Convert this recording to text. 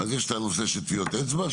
יש את הנושא של טביעות אצבע,